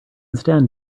stand